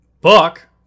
book